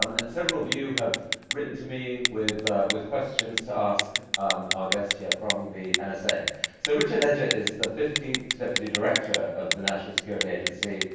um and several of you have written to me with with questions to ask our guest here from the and nsa. so richard ledgett is the fifteenth deputy director of the national security agency,